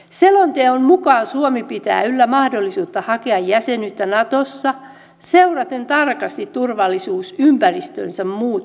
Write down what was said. selonteon mukaan suomi pitää yllä mahdollisuutta hakea jäsenyyttä natossa seuraten tarkasti turvallisuusympäristönsä muutosta